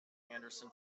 anderson